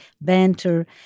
banter